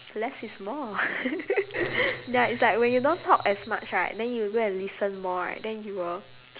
less is more ya it's like when you don't talk as much right then you go and listen more right then you will